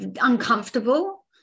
uncomfortable